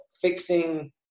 fixing